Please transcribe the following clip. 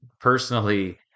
personally